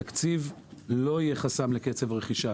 התקציב לא יהיה חסם לקצב הרכישה.